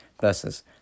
versus